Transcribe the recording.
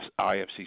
IFC